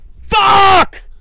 Fuck